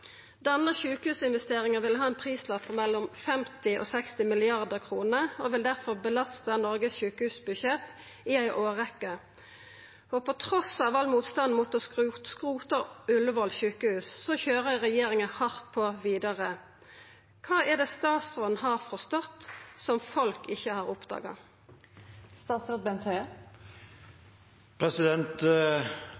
Denne sjukehusinvesteringa vil ha ein prislapp på mellom 50 og 60 mrd. kr og vil difor belasta Noregs sjukehusbudsjett i ei årrekkje. For trass all motstand mot å skrota Ullevål sjukehus køyrer regjeringa hardt på vidare. Kva er det statsråden har forstått, som folk ikkje har